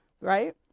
right